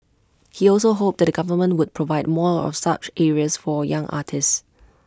he also hoped that the government would provide more of such areas for young artists